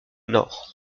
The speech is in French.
nord